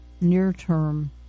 near-term